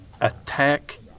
attack